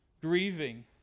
Grieving